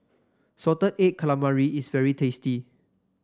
Salted Egg Calamari is very tasty